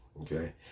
okay